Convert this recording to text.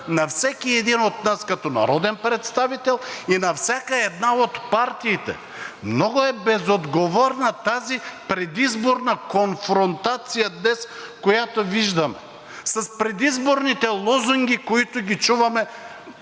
на всеки един от нас като народен представител и на всяка една от партиите. Много е безотговорна тази предизборна конфронтация днес, която виждаме, с предизборните лозунги, които чуваме